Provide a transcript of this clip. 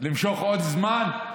למשוך עוד זמן?